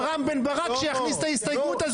רם בן ברק שיכניס את ההסתייגות הזאת.